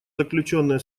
заключенные